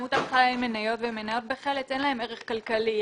אין להן ערך כלכלי.